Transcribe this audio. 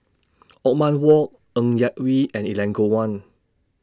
Othman Wok Ng Yak Whee and Elangovan